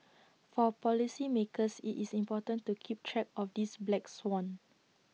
for policymakers IT is important to keep track of this black swan